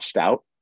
out